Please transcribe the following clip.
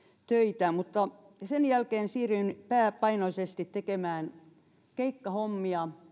töitä mutta sen jälkeen siirryin pääpainoisesti tekemään keikkahommia